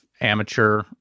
amateur